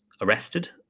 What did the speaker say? arrested